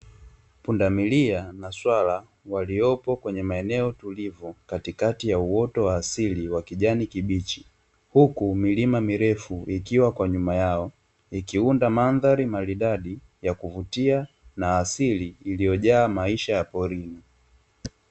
Pundamilia na swala waliopo kwenye maeneo tulivu, katikati ya uoto wa asili wa kijani kibichi, huku milima mirefu ikiwa kwa nyuma yao ikiunda mandhari maridadi ya kuvutia na asili iliyojaa maisha ya porini.